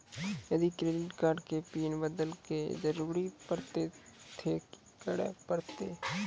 यदि credit card के PIN बदले के जरूरी परतै ते की करे परतै?